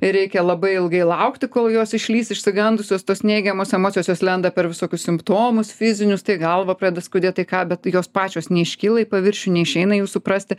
ir reikia labai ilgai laukti kol jos išlįs išsigandusios tos neigiamos emocijos jos lenda per visokius simptomus fizinius tai galvą pradeda skaudėt tai ką bet jos pačios neiškyla į paviršių neišeina jų suprasti